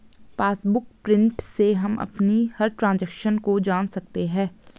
passbook print से हम अपनी हर ट्रांजेक्शन को जान सकते है